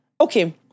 Okay